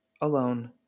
alone